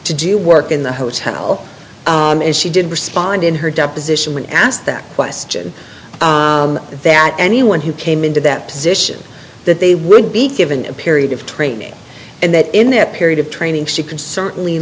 to do work in the hotel as she did respond in her deposition when asked that question that anyone who came into that position that they would be given a period of training and that in that period of training she can certainly